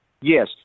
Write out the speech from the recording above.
Yes